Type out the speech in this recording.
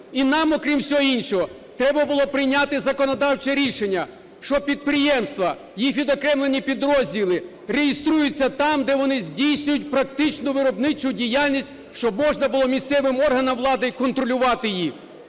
І нам, окрім всього іншого, треба було прийняти законодавче рішення, що підприємства, їх відокремлені підрозділи реєструються там, де вони здійснюють практичну виробничу діяльність, щоб можна було місцевим органами влади контролювати їх.